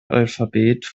alphabet